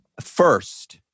First